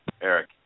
Eric